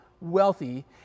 wealthy